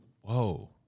whoa